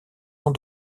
ans